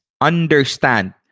understand